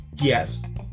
Yes